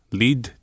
lead